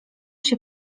się